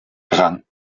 rang